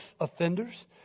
offenders